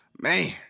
Man